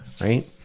right